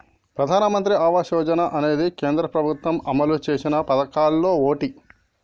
ప్రధానమంత్రి ఆవాస యోజన అనేది కేంద్ర ప్రభుత్వం అమలు చేసిన పదకాల్లో ఓటి